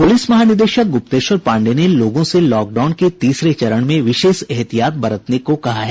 police महानिदेशक गुप्तेश्वर पांडेय ने लोगों से लॉकडाउन के तीसरे चरण में विशेष एहतियात बरतने को कहा है